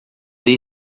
dei